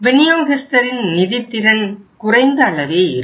விநியோகஸ்தரின் நிதி திறன் குறைந்த அளவே இருக்கும்